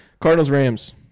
Cardinals-Rams